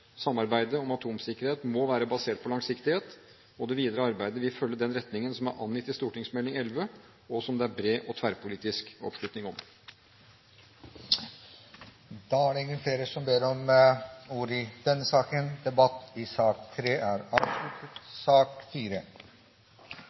Samarbeidet om atomsikkerhet må være basert på langsiktighet, og det videre arbeidet vil følge den retningen som er angitt i Meld. St. 11 for 2009–2010, og som det er bred og tverrpolitisk oppslutning om.